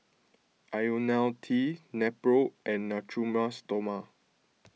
Ionil T Nepro and Natura Stoma